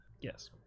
yes